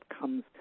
comes